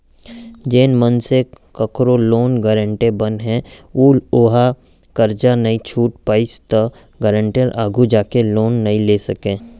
जेन मनसे कखरो लोन गारेंटर बने ह अउ ओहा करजा नइ छूट पाइस त गारेंटर आघु जाके लोन नइ ले सकय